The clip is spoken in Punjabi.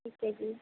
ਠੀਕ ਹੈ ਜੀ